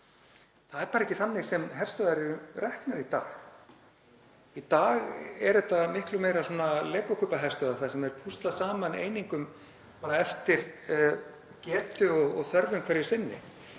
það er bara ekki þannig sem herstöðvar eru reknar í dag. Í dag er þetta miklu meira legókubbaherstöðvar þar sem púslað er saman einingum eftir getu og þörfum hverju sinni.